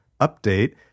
update